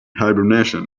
hibernation